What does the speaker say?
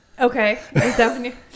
Okay